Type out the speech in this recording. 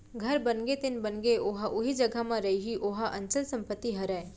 घर बनगे तेन बनगे ओहा उही जघा म रइही ओहा अंचल संपत्ति हरय